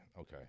Okay